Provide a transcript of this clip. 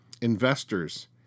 investors